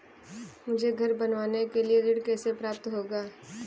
मुझे घर बनवाने के लिए ऋण कैसे प्राप्त होगा?